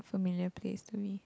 familiar place to me